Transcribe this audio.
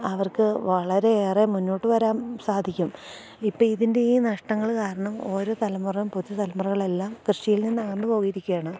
അവർക്ക് വളരെയേറെ മുന്നോട്ട് വരാൻ സാധിക്കും ഇപ്പം ഇതിൻ്റെ ഈ നഷ്ടങ്ങൾ കാരണം ഓരോ തലമുറ പുതു തലമുറകളെല്ലാം കൃഷിയിൽ നിന്നകന്ന് പോയിരിക്കുകയാണ്